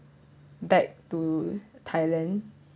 back to thailand